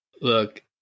look